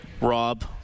Rob